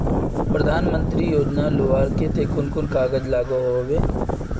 प्रधानमंत्री योजना लुबार केते कुन कुन कागज लागोहो होबे?